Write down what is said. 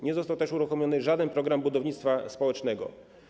Nie został uruchomiony żaden program budownictwa społecznego.